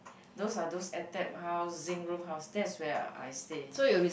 those are those at that housing roof house that is where I stay